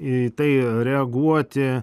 į tai reaguoti